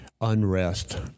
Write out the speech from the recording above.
unrest